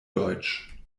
deutsch